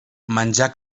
menjar